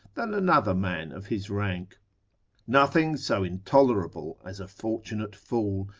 than another man of his rank nothing so intolerable as a fortunate fool,